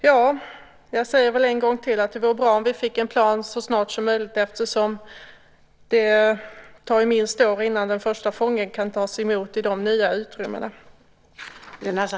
Jag säger väl en gång till att det vore bra om vi fick en plan så snart som möjligt, eftersom det tar minst tre år innan den första fången kan tas emot i de nya utrymmena.